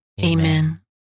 Amen